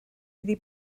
iddi